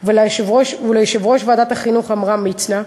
וליושב-ראש ועדת החינוך עמרם מצנע,